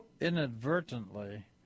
inadvertently